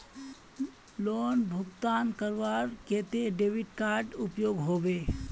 Loan भुगतान करवार केते डेबिट कार्ड उपयोग होबे?